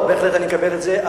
אני מקבל את זה,